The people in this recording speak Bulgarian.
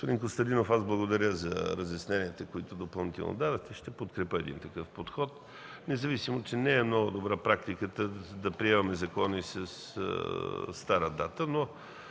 Господин Костадинов, благодаря Ви за разясненията, които допълнително направихте. Ще подкрепя такъв подход, независимо че не е много добра практиката да приемаме закони със стара дата.